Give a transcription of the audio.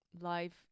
life